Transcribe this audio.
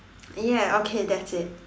ya okay that's it